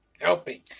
Helping